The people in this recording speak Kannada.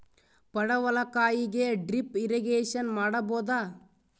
ಪಡವಲಕಾಯಿಗೆ ಡ್ರಿಪ್ ಇರಿಗೇಶನ್ ಮಾಡಬೋದ?